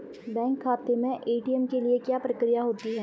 Bank खाते में ATM के लिए क्या प्रक्रिया होती है?